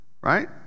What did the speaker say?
Right